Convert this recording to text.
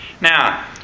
Now